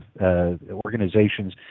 organizations